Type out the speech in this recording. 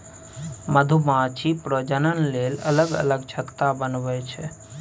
मधुमाछी प्रजनन लेल अलग अलग छत्ता बनबै छै